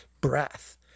breath